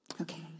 okay